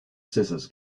scissors